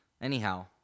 Anyhow